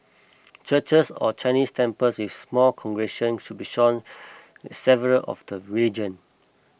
churches or Chinese temples with small congregations should be sharing with several of the religion